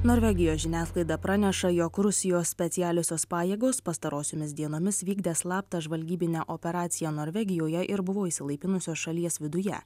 norvegijos žiniasklaida praneša jog rusijos specialiosios pajėgos pastarosiomis dienomis vykdė slaptą žvalgybinę operaciją norvegijoje ir buvo išsilaipinusios šalies viduje